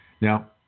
Now